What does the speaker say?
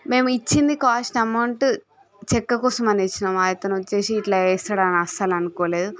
మేము ఇచ్చింది cost amount చెక్క కోసం అని ఇచ్చినం అతను వచ్చేసి ఇట్లా చేస్తాడు అని అస్సలు అనుకోలేదు